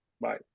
Bye